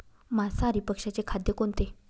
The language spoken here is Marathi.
मांसाहारी पक्ष्याचे खाद्य कोणते?